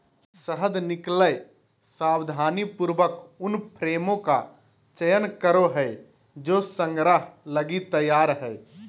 शहद निकलैय सावधानीपूर्वक उन फ्रेमों का चयन करो हइ जे संग्रह लगी तैयार हइ